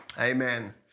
Amen